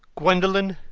gwendolen,